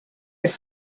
had